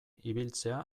ibiltzea